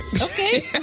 Okay